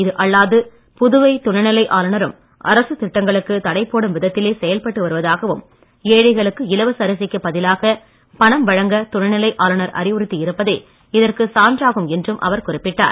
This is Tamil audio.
இது அல்லாது புதுவை துணைநிலை ஆளுநரும் அரசுத் திட்டங்களுக்கு தடை போடும் விதத்திலே செயல்பட்டு வருவதாகவும் ஏழைகளுக்கு இலவச அரிசிக்கு பதிலாக பணம் வழங்க துணைநிலை ஆளுநர் அறிவுறுத்தி இருப்பதே இதற்கு சான்றாகும் என்றும் அவர் குறிப்பிட்டார்